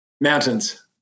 Mountains